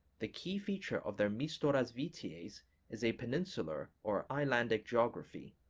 the key feature of their mestorazvities is a peninsular or islandic geography,